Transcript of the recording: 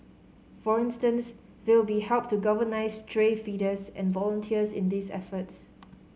for instance they will be help to galvanise stray feeders and volunteers in these efforts